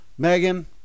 Megan